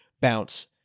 bounce